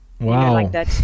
Wow